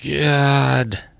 god